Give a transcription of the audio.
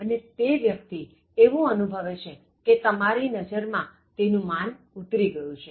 અને તે વ્યક્તિ એવું અનુભવે છે કે તમારી નજરમાં તેનું માન ઉતરી ગયું છે